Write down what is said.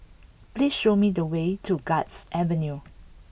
please show me the way to Guards Avenue